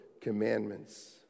commandments